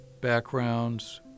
backgrounds